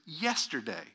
yesterday